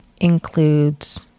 includes